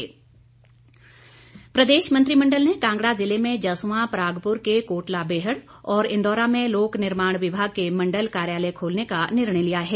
मंत्रिमंडल प्रदेश मंत्रिमंडल ने कांगड़ा जिले में जसवां परागप्र के कोटला बेहड और इंदौरा में लोक निर्माण विभाग के मंडल कार्यालय खोलने का निर्णय लिया है